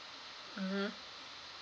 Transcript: mmhmm